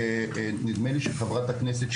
נדמה לי שחברת הכנסת,